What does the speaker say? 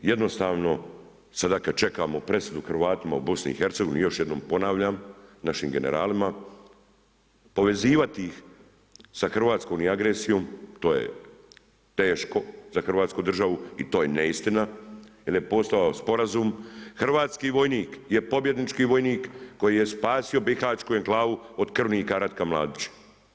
Jednostavno sada kada čekamo presudu Hrvatima u BIH, još jednom ponavljam, našim generalima, povezivati ih sa hrvatskom agresijom, to je teško za Hrvatsku državu i to je neistina, jer je postao sporazum, Hrvatski vojnik je pobjednički vojnik, koji je spasio bihaćku enklavu od krvnika Ratka Mladića.